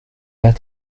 pas